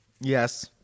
Yes